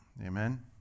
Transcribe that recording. Amen